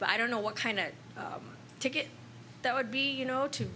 but i don't know what kind of ticket that would be you know to